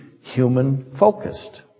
human-focused